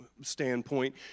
standpoint